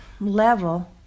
level